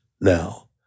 now